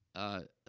ah,